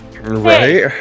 Right